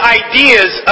ideas